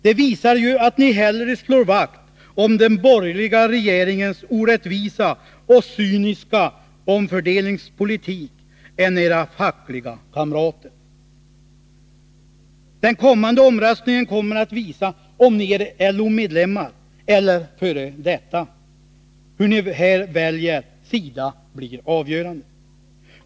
Det visar ju att ni hellre slår vakt om den borgerliga regeringens orättvisa och cyniska omfördelningspolitik än om era fackliga kamrater. Den stundande omröstningen kommer att visa, om ni är LO-medlemmar eller bara f. d. sådana. Hur ni här väljer sida blir avgörande.